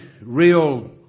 real